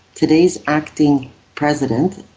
today's acting president,